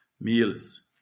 meals